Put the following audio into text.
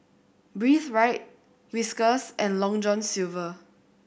Breathe Right Whiskas and Long John Silver